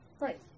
Right